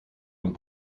und